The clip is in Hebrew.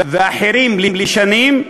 ואחרים לשנים,